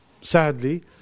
sadly